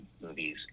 movies